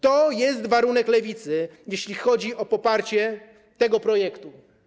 To jest warunek Lewicy, jeśli chodzi o poparcie tego projektu.